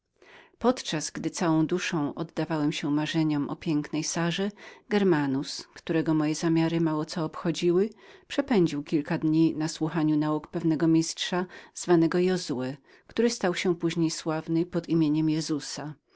podczas gdy całą duszą oddawałem się marzeniom o pięknej sarze germanus którego moje zamiary mało co obchodziły przepędził kilka dni na słuchaniu nauk pewnego mistrza nazwanego jozue który stał się później sławnym pod nazwiskiem jezusa